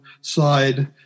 side